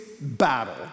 battle